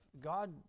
God